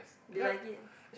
do you like it